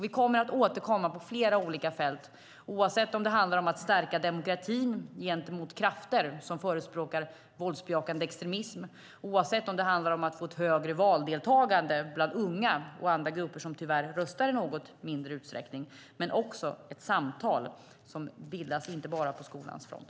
Vi kommer att återkomma på flera olika fält oavsett om det handlar om att stärka demokratin gentemot krafter som förespråkar våldsbejakande extremism, om det handlar om att få ett högre valdeltagande bland unga och andra grupper som tyvärr röstar i något mindre utsträckning eller om det handlar om ett samtal som bildas inte bara på skolans front.